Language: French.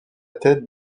tête